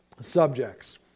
subjects